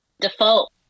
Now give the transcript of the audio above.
default